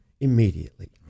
immediately